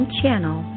channel